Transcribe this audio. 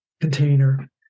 container